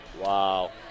Wow